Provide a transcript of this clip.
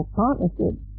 partnerships